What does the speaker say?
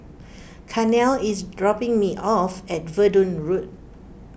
Carnell is dropping me off at Verdun Road